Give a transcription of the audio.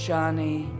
Johnny